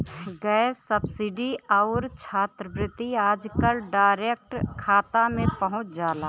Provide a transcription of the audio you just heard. gas subsidy आउर छात्रवृत्ति आजकल डायरेक्ट खाता में पहुंच जाला